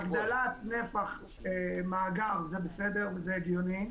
הגדלת נפח מאגר זה בסדר, זה הגיוני,